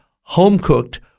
home-cooked